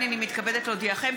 הינני מתכבדת להודיעכם,